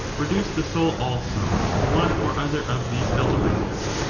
reduce the soul also to one or other of these elements.